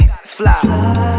Fly